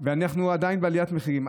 אנחנו עדיין בעליית מחירים.